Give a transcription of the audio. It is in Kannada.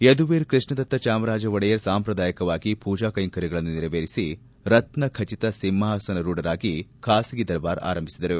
ಯದುವೀರ್ ಕೃಷ್ಣದತ್ತ ಚಾಮರಾಜ ಒಡೆಯರ್ ಸಾಂಪ್ರದಾಯಿಕವಾಗಿ ಪೂಜಾ ಕೈಂಕರ್ಯಗಳನ್ನು ನೆರವೇರಿಸಿ ರತ್ನ ಖಚಿತ ಸಿಂಹಾಸನರೂಢರಾಗಿ ಖಾಸಗಿ ದರ್ಬಾರ್ ಆರಂಭಿಸಿದರು